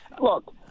Look